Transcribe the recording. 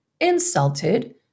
insulted